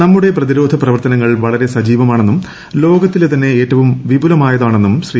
നമ്മുടെ പ്രതിരോധ പ്രവർത്തനങ്ങൾ വളരെ സജീവമാണെന്നും ലോകത്തിലെ തന്നെ ഏറ്റവും വിപുലമായതാണെന്നും ശ്രീ